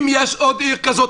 אם יש עוד עיר כזאת,